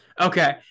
Okay